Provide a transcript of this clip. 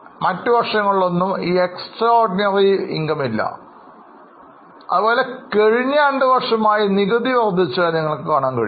മറ്റു വർഷങ്ങളിലൊന്നും ഇത്തരമൊരു വരുമാനമില്ല അതുപോലെ കഴിഞ്ഞ രണ്ടു വർഷമായി നികുതി വർദ്ധിച്ചതായി നിങ്ങൾക്ക് കാണാൻ കഴിയും